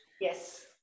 yes